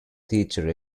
teacher